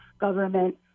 government